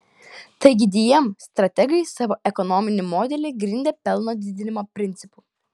taigi dm strategai savo ekonominį modelį grindė pelno didinimo principu